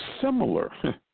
Similar